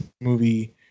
movie